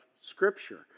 Scripture